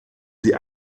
sie